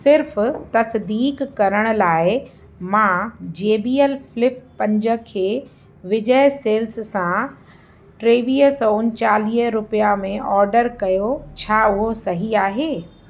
सिर्फ़ु तसदीक़ु करण लाइ मां जे बी एल फ़्लिप पंज खे विजय सेल्स सां टेवीह सौ उनचालीह रुपिया में ऑडर कयो छा उहो सही आहे